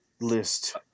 list